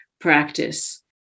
practice